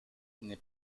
n’est